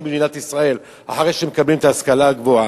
במדינת ישראל אחרי שהם מקבלים את ההשכלה הגבוהה.